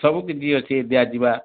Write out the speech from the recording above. ସବୁ କିଛି ଅଛି ଦିଆଯିବା